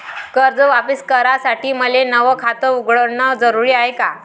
कर्ज वापिस करासाठी मले नव खात उघडन जरुरी हाय का?